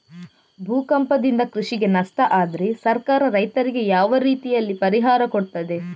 ಭೂಕಂಪದಿಂದ ಕೃಷಿಗೆ ನಷ್ಟ ಆದ್ರೆ ಸರ್ಕಾರ ರೈತರಿಗೆ ಯಾವ ರೀತಿಯಲ್ಲಿ ಪರಿಹಾರ ಕೊಡ್ತದೆ?